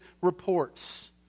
reports